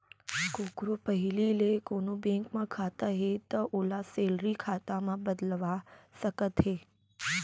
कोकरो पहिली ले कोनों बेंक म खाता हे तौ ओला सेलरी खाता म बदलवा सकत हे